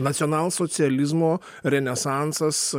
nacionalsocializmo renesansas